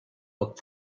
look